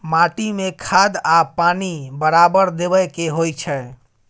माटी में खाद आ पानी बराबर देबै के होई छै